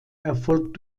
erfolgt